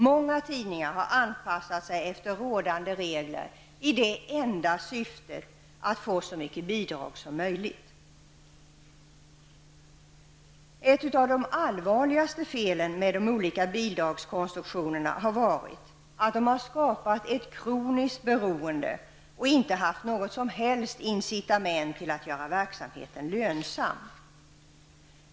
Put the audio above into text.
Många tidningar har anpassat sig till rådande regler med det enda syftet att få så mycket som möjligt i bidrag. Ett av de allvarligaste felen med de olika bidragskonstruktionerna är att de har skapat ett kroniskt beroende och att de inte har något som helst incitament när det gäller att göra verksamheten lönsam.